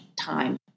time